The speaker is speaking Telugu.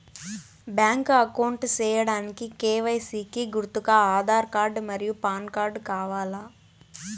బ్యాంక్ అకౌంట్ సేయడానికి కె.వై.సి కి గుర్తుగా ఆధార్ కార్డ్ మరియు పాన్ కార్డ్ కావాలా?